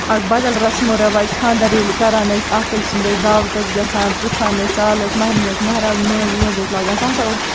اَکھ بدل رَسمو رٮ۪واج خانٛدر ییٚلہِ کران ٲسۍ اَکھ أکۍ سُنٛد ٲسۍ دعوتَس گژھان پِرٛژھان ٲسۍ سالَس مہریٚنۍ ٲس مہراز مٲنٛز وٲنٛز ٲسۍ لاگان سُہ ہسا اوس